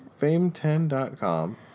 Fame10.com